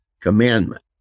commandment